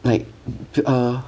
like err